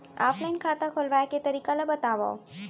Offline खाता खोलवाय के तरीका ल बतावव?